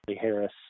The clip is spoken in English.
Harris